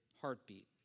heartbeat